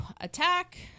attack